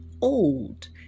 old